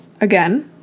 again